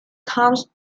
comes